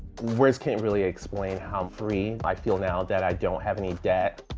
words can't really explain how free i feel now that i don't have any debt.